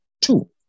Two